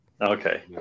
Okay